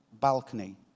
balcony